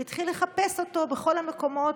הוא התחיל לחפש אותו בכל המקומות,